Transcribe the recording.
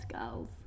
girls